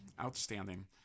outstanding